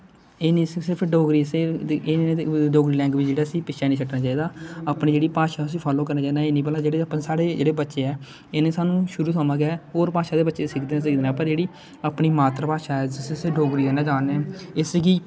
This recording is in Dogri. एह् नेई सिर्फ डोगरी लैंग्वेंज गी असें पिच्छे नेईं छड्डना चाहिदा अपने जेहड़ी भाशा ऐ उसी फालो करना चाहिदा एह् नेई भला साढ़े जेहड़ा बच्चा ऐ इनें गी सवां शुरु थमां गै और भाशा सिखदे ना पर जेहड़ी अपनी मातर भाशा ऐ जिसी डोगरी भाशा आक्खने इसगी